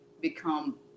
become